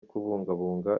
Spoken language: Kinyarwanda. kubungabunga